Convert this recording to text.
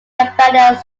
abandoned